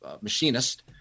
machinist